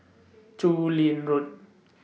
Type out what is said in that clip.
Chu Lin Road